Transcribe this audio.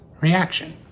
reaction